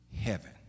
heaven